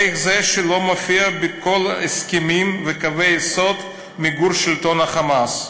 איך זה שלא מופיע בכל ההסכמים וקווי היסוד מיגור שלטון ה"חמאס",